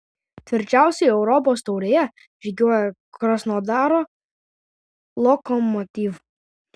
tvirčiausiai europos taurėje žygiuoja krasnodaro lokomotiv